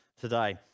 today